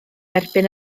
erbyn